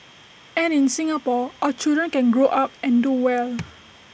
and in Singapore our children can grow up and do well